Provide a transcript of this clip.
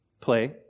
play